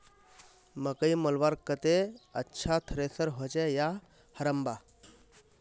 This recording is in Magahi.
मकई मलवार केते अच्छा थरेसर होचे या हरम्बा?